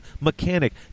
mechanic